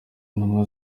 ntumwa